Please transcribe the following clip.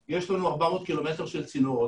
יש בין 2,000 ל-2,500 מתים כל שנה מזיהום אוויר.